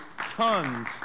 tons